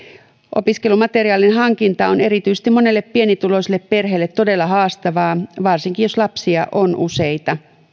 opiskelumateriaalin hankinta on erityisesti monelle pienituloiselle perheelle todella haastavaa varsinkin jos lapsia on useita